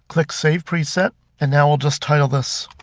click save preset and now we'll just title this